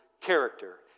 character